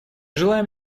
желаем